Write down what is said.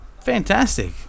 Fantastic